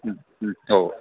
हो